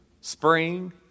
spring